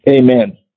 Amen